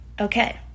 Okay